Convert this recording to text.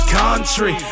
country